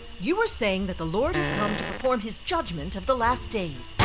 you were saying that the lord has come to perform his judgment of the last days.